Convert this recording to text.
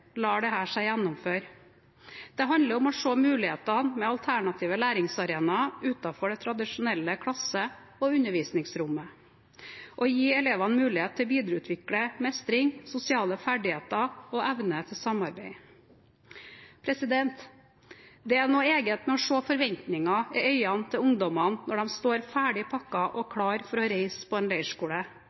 seg gjennomføre. Det handler om å se mulighetene med alternative læringsarenaer utenfor det tradisjonelle klasse- og undervisningsrommet og å gi elevene mulighet til å videreutvikle mestring, sosiale ferdigheter og evne til samarbeid. Det er noe eget med å se forventningene i øynene til ungdommene når de står ferdig pakket og klare for å reise på leirskole.